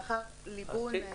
לאחר ליבון העניין.